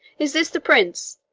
is this the prince?